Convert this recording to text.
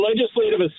legislative